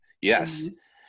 Yes